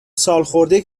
سالخورده